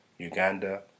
Uganda